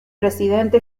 presidente